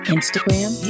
Instagram